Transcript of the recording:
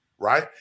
right